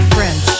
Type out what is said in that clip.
French